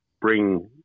bring